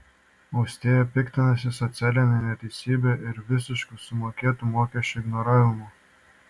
austėja piktinasi socialine neteisybe ir visišku sumokėtų mokesčių ignoravimu